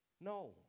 No